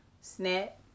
Snap